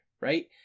Right